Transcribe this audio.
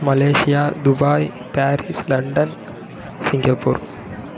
Malaysia Dubai Paris London Singapore